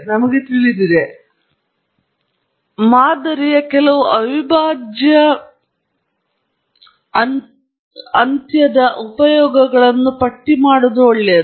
ನಮಗೆ ತಿಳಿದಿದೆ ಆದರೆ ಮಾದರಿಯ ಕೆಲವು ಅವಿಭಾಜ್ಯ ಅಂತ್ಯದ ಉಪಯೋಗಗಳನ್ನು ಪಟ್ಟಿ ಮಾಡುವುದು ಒಳ್ಳೆಯದು